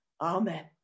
Amen